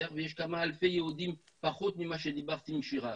ויש כמה אלפי יהודים פחות ממה שדיברתי עם שיראק,